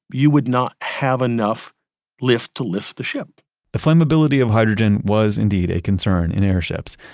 you would not have enough lift to lift the ship the flammability of hydrogen was indeed a concern in airships,